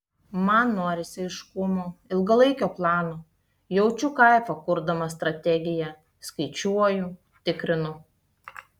man norisi aiškumo ilgalaikio plano jaučiu kaifą kurdama strategiją skaičiuoju tikrinu